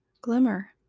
glimmer